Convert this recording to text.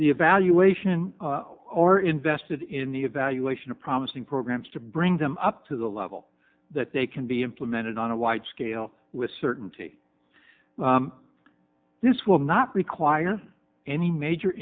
the evaluation are invested in the evaluation of promising programs to bring them up to the level that they can be implemented on a wide scale with certainty this will not require any major